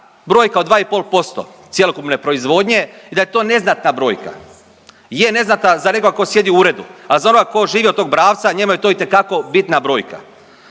brojka od 2,5% cjelokupne proizvodnje i da je to neznatna brojka. Je neznatna za nekoga ko sjedi u uredu, a za onoga ko živi od tog bravca njemu je to itekako bitna brojka.